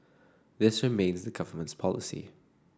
this remains the government's policy